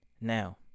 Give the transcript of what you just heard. now